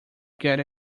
get